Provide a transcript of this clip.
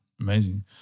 Amazing